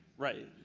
right,